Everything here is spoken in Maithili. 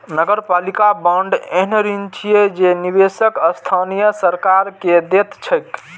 नगरपालिका बांड एहन ऋण छियै जे निवेशक स्थानीय सरकार कें दैत छैक